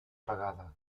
pagada